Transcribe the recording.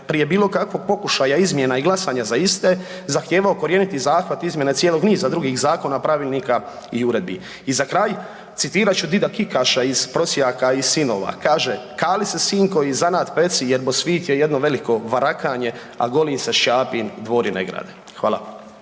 prije bilo kakvog pokušaja izmjena i glasanja za iste zahtijevao ukorijeniti zahvat izmjena cijelog niza drugih zakona, pravilnika i uredbi. I za kraj, citirat ću dida Kikaša iz „Prosjaka i sinova“, kaže „kali se sinko i zanat peci jerbo svit je jedno veliko varakanje, a golim se šćapin dvori ne grade“. Hvala.